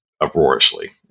uproariously